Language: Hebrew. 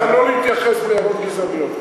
ואני כבר לא מתייחס להערות גזעניות.